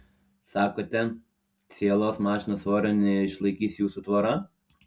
sakote cielos mašinos svorio neišlaikys jūsų tvora